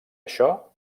això